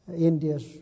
India's